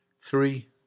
Three